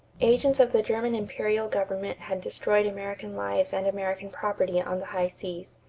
agents of the german imperial government had destroyed american lives and american property on the high seas.